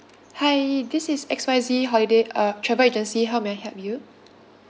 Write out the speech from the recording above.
hi this is X Y Z holiday uh travel agency how may I help you